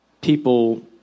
people